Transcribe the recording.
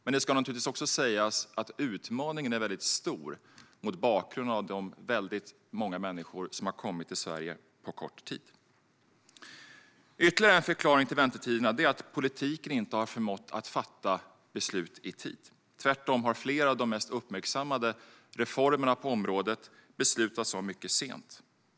Men det ska naturligtvis också sägas att utmaningen är mycket stor mot bakgrund av de väldigt många människor som har kommit till Sverige på kort tid. Ytterligare en förklaring till väntetiderna är att politiken inte har förmått att fatta beslut i tid. Tvärtom har flera av de mest uppmärksammade reformerna på området beslutats mycket sent.